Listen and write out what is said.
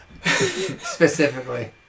Specifically